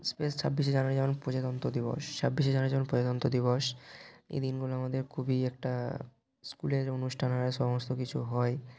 space ছাব্বিশে January যেমন প্রজাতন্ত্র দিবস ছাব্বিশে জানুয়ারি যেমন প্রজাতন্ত্র দিবস এ দিনগুলো আমাদের খুবই একটা স্কুলের অনুষ্ঠান আরে সমস্ত কিছু হয়